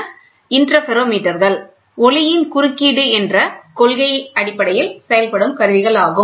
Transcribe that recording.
எனவே இன்டர்ஃபெரோமீட்டர்கள் ஒளியின் குறுக்கீடு என்ற கொள்கையில் செயல்படும் கருவிகளாகும்